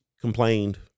complained